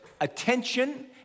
attention